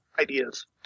ideas